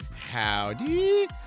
Howdy